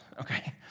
okay